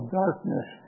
darkness